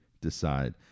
decide